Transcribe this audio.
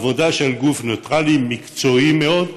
עבודה של גוף ניטרלי, מקצועי מאוד.